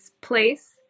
place